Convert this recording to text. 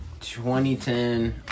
2010